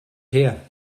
here